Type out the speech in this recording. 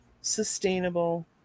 sustainable